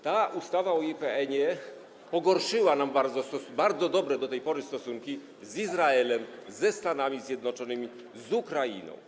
Ta ustawa o IPN-ie pogorszyła nasze bardzo dobre do tej pory stosunki z Izraelem, ze Stanami Zjednoczonymi, z Ukrainą.